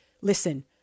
listen